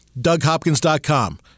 DougHopkins.com